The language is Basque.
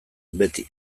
beti